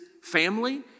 family